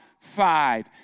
Five